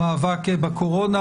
המאבק בקורונה,